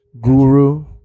Guru